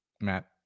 Matt